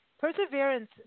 perseverance